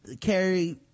Carrie